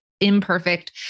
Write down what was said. imperfect